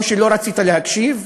או שלא רצית להקשיב,